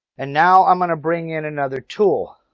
and now i'm going to bring in another tool.